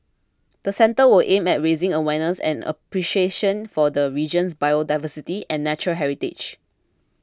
the centre will aim at raising awareness and appreciation for the region's biodiversity and natural heritage